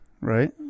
Right